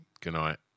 goodnight